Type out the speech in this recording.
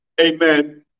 amen